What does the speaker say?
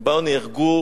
ובה נהרגו